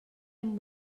amb